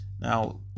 Now